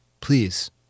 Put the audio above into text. Please